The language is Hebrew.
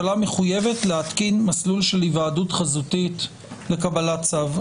להתקין מסלול של היוועדות חזותית לקבלת צו.